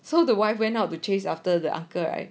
so the wife went out to chase after the uncle right